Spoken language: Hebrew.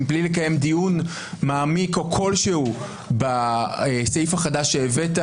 מבלי לקיים דיון מעמיק או כלשהו בסעיף החדש שהבאת